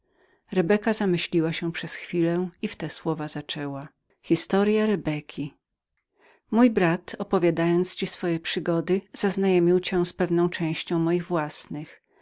rebeka zamyśliła się przez chwilę i w te słowa zaczęła mój brat opowiadając ci swoje przygody zaznajomił cię z pewną częścią moich